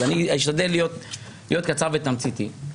אני אשתדל להיות קצר ותמציתי.